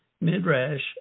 Midrash